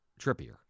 Trippier